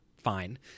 fine